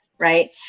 right